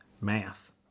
Math